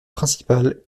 principale